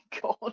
God